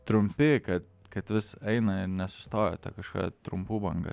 trumpi kad kad vis eina nesustoja ta kažkokia trumpų banga